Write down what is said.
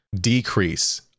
decrease